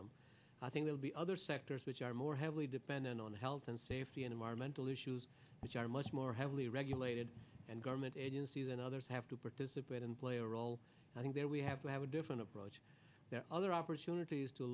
them i think they would be other sectors which are more heavily dependent on the health and safety and environmental issues which are much more heavily regulated and government agencies and others have to participate and play a role i think that we have to have a different approach that other opportunities to